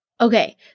okay